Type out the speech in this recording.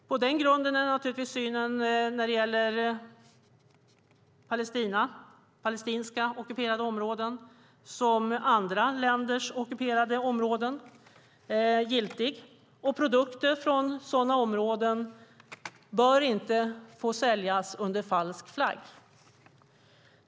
På den grunden är naturligtvis synen när det gäller palestinska ockuperade områdena likaväl som andra länders ockuperade områden giltig. Produkter från sådana områden bör inte få säljas under falsk flagg.